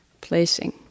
placing